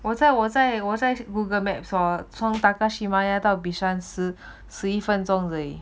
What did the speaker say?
我在我在我在 Google maps or 从 takashimaya 到 bishan 十一分钟而已